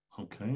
Okay